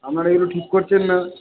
আপনারা এইগুলো ঠিক করছেন না